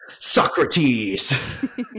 Socrates